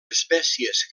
espècies